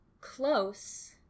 Close